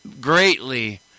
greatly